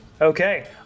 Okay